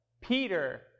Peter